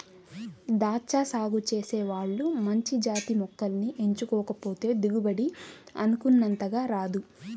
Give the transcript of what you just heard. దాచ్చా సాగు చేసే వాళ్ళు మంచి జాతి మొక్కల్ని ఎంచుకోకపోతే దిగుబడి అనుకున్నంతగా రాదు